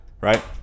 right